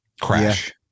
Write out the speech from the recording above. Crash